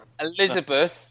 Elizabeth